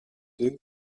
deux